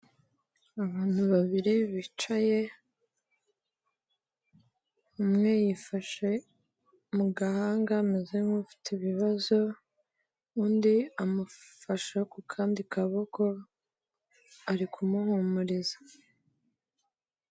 Abantu babiri bicaye, umwe yifashe mu gahanga ameze nk'ufite ibibazo, undi amufashe ku kandi kaboko ari kumuhumuriza.